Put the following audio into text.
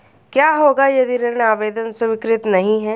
क्या होगा यदि ऋण आवेदन स्वीकृत नहीं है?